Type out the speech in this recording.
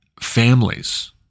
families